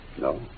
No